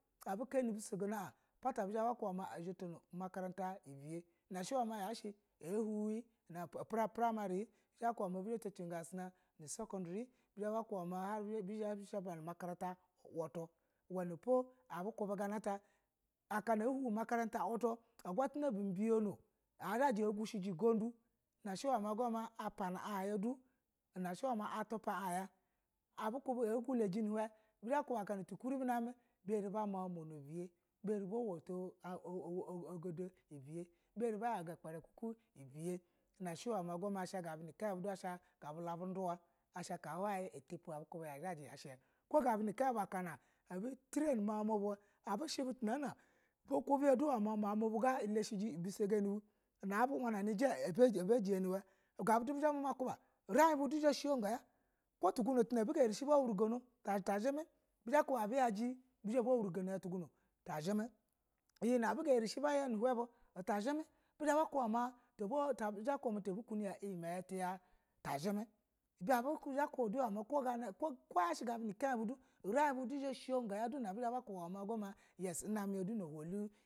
A bi kani bisogana a pata bizha ba kuba ma a zha otono umakaranta ubye na huwe p, primary bizha ba to cin go an nu secondry be zha ba ku ba bizha bu tacigo an nu makaranta utu uwenipo na po abukubi akana ta a huwe umakarata utu a gwatana ubu biyono kushiji ugudu na ashe a pana a yadu na she ma a tupa a ya abu kubi akana a gulaji nu hewe bizha ba kuba tu kuribi nam bizha bama umonu ubiye ba wuto oo nogodo biye bizha ba ya ga ukparaku biyari ba ya ga ogodo ubiya biyari ba ya ga ukpa, aku ubye ma na be zha baya ga hin asha ka utupu yashe ko ganu nu kai bu yash a bu trini mau mu bu abu ku ma mau bu lashiji ubisa gani ubiye na abu wanani iji a ba jin yi ni ba ga bu du bizha bu mama kuba urin bu du zha ya sha go ya ko tuguno tuna abuge ayarishe bizha ba kuba ma bizha ba uwrugano hlo ta zhimi iyi na a biga erin shi ya tazhimi bizha ba kuba ma bizha bakuba ma bizha ba kuba ma ta zhimi da gabu ni kaibu bizha ba kuba ma urin budu zha a shago yo ma lin mɛ yase mi do nuhulu.